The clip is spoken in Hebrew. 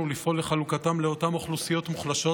לפעול לחלוקתם לאותן אוכלוסיות מוחלשות,